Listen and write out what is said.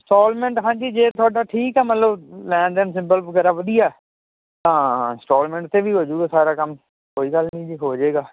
instalment ਹਾਂਜੀ ਜੇ ਥੁਆਡਾ ਠੀਕ ਐ ਮਤਲਬ ਲੈਣ ਦੇਣ ਸਿੰਬਲ ਵਗੈਰਾ ਵਧੀਆ ਐ ਤਾਂ ਇੰਸਟੋਲਮੈਂਟ ਤੇ ਵੀ ਹੋਜੂਗਾ ਸਾਰਾ ਕੰਮ ਕੋਈ ਗੱਲ ਨੀ ਜੀ ਹੋਜੇਗਾ